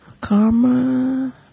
karma